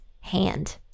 hand